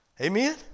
Amen